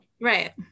right